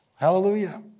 Hallelujah